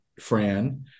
Fran